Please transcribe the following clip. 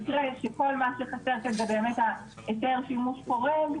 במקרה שכל מה שחסר כאן זה באמת ההיתר שימוש חורג,